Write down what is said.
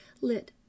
lit